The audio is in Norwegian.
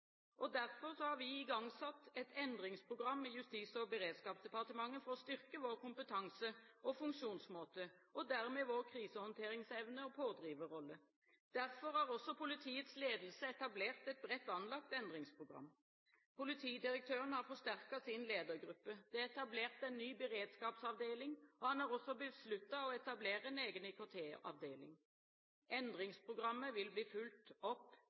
Derfor har vi igangsatt et endringsprogram i Justis- og beredskapsdepartementet for å styrke vår kompetanse og funksjonsmåte og dermed vår krisehåndteringsevne og pådriverrolle. Derfor har også politiets ledelse etablert et bredt anlagt endringsprogram. Politidirektøren har forsterket sin ledergruppe. Det er etablert en ny beredskapsavdeling, og han har også besluttet å etablere en egen IKT-avdeling. Endringsprogrammet vil bli fulgt tett opp